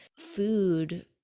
food